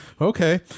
okay